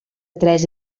tres